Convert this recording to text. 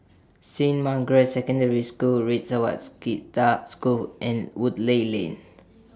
Saint Margaret's Secondary School Red School and Woodleigh Lane